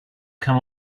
come